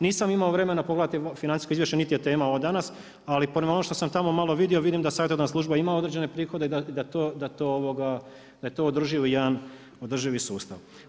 Nisam imao vremena pogledati financijske izvještaje niti je tema ovo danas, ali prema ovome što sam tamo malo vidio, vidim da savjetodavna služba ima određene prihode i da je to održivi jedan sustav.